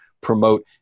promote